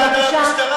יחימוביץ, בבקשה לסיום.